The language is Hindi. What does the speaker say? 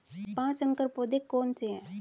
पाँच संकर पौधे कौन से हैं?